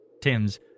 Tim's